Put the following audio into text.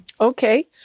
Okay